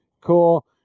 Cool